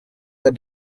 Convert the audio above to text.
the